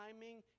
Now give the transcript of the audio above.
timing